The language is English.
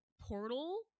portal